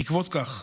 בעקבות כך,